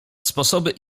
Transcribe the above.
sposoby